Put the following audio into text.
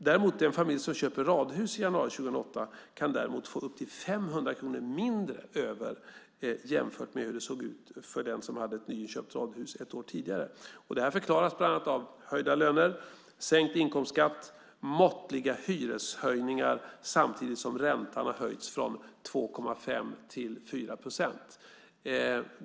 Däremot kan den familj som i januari 2008 köper ett radhus få uppemot 500 kronor mindre över jämfört med hur det såg ut för den som ett år tidigare hade ett nyinköpt radhus. Det här förklaras bland annat av höjda löner, sänkt inkomstskatt och måttliga hyreshöjningar - detta samtidigt som räntan höjts från 2,5 procent till 4 procent.